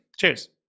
cheers